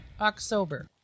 October